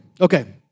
Okay